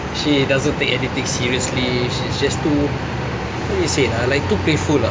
she doesn't take anything seriously she's just too who to say lah like too playful ah